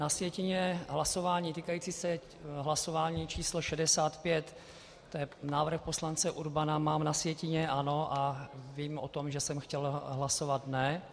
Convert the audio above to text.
Na sjetině hlasování týkající se hlasování č. 65, to je návrh poslance Urbana, mám na sjetině ano a vím o tom, že jsem chtěl hlasovat ne.